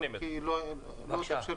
היושב-ראש,